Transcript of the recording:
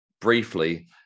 briefly